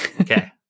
Okay